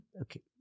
okay